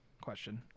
question